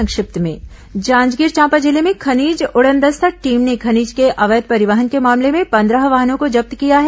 संक्षिप्त समाचार जांजगीर चांपा जिले में खनिज उड़नदस्ता टीम ने खनिज के अवैध परिवहन के मामले में पंद्रह वाहनों को जब्त किया है